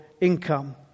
income